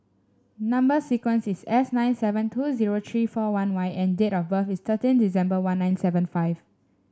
number sequence is S nine seven two zero three four one Y and date of birth is thirteen December one nine seven five